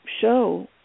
show